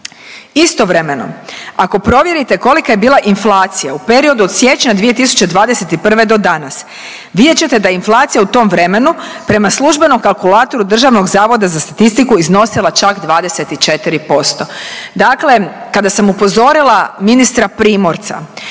Istovremeno ako provjerite kolika je bila inflacija u periodu od siječnja 2021. do danas vidjet ćete da je inflacija u tom vremenu prema službenom kalkulatoru Državnog zavoda za statistiku iznosila čak 24%. Dakle, kada sam upozorila ministra Primorca